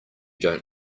don’t